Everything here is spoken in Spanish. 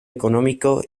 económico